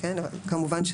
כמובן,